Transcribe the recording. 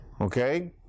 Okay